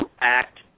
act